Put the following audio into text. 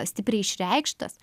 stipriai išreikštas